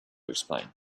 explain